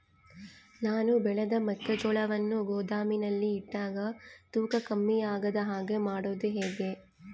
ನಾನು ಬೆಳೆದ ಮೆಕ್ಕಿಜೋಳವನ್ನು ಗೋದಾಮಿನಲ್ಲಿ ಇಟ್ಟಾಗ ತೂಕ ಕಮ್ಮಿ ಆಗದ ಹಾಗೆ ಮಾಡೋದು ಹೇಗೆ?